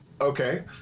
Okay